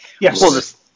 Yes